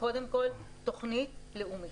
קודם כול, תוכנית לאומית.